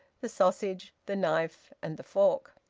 the sausage, the knife and the fork.